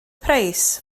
price